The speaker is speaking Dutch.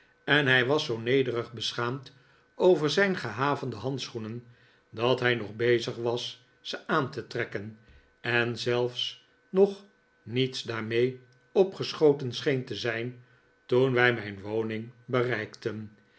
en hij was zoo nederig beschaamd over zijn gehavende handschoenen dat hij nog bezig was ze aan te trekken en zelfs nog niets daarmee opgeschoten scheen te zijn toen wij mijn woning bereikten